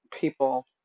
people